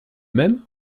même